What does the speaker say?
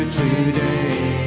today